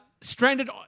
stranded